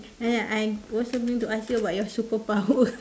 ya I also going to ask you about your superpower